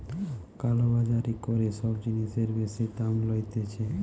কালো বাজারি করে সব জিনিসের বেশি দাম লইতেছে